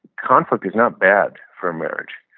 conflict is not bad for a marriage.